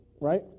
Right